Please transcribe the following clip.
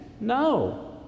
No